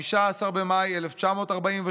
15 במאי 1948,